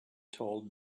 told